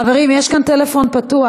חברים, יש כאן טלפון פתוח.